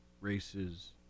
races